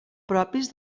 propis